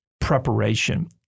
preparation